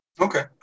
Okay